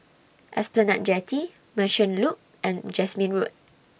Esplanade Jetty Merchant Loop and Jasmine Road